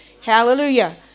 Hallelujah